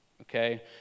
Okay